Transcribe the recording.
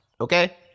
Okay